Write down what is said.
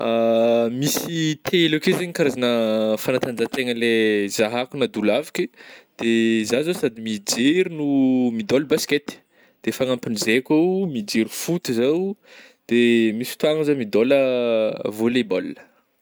Misy telo akeo zegny karazagna fanatanjahategna le zahako na dolafaky de zah zao sady mijery no midôla baskety de fanampin'izay kô oh, mijery foot zaho de misy fotoagna zah modôla volley ball.